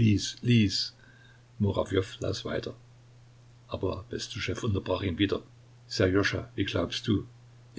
lies lies murawjow las weiter aber bestuschew unterbrach ihn wieder sserjoscha wie glaubst du